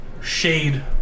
shade